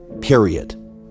period